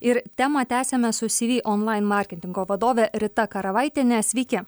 ir temą tęsiame su syvy online marketingo vadove rita karavaitiene sveiki